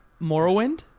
morrowind